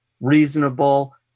reasonable